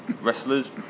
wrestlers